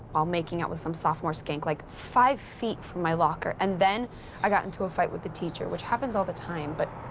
all making out with some sophomore skank, like, five feet from my locker. and then i got into a fight with a teacher, which happens all the time, but